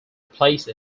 replace